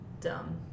dumb